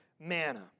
manna